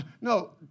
No